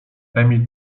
emil